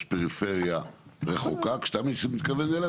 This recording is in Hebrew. יש פריפריה רחוקה שאתה מתכוון אליה,